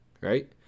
Right